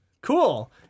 Cool